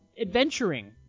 adventuring